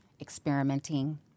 experimenting